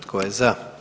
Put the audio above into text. Tko je za?